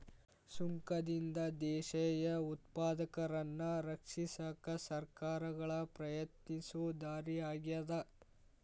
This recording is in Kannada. ಸುಂಕದಿಂದ ದೇಶೇಯ ಉತ್ಪಾದಕರನ್ನ ರಕ್ಷಿಸಕ ಸರ್ಕಾರಗಳ ಪ್ರಯತ್ನಿಸೊ ದಾರಿ ಆಗ್ಯಾದ